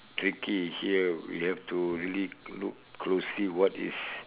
tricky here we have to leak look closely what is